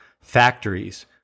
Factories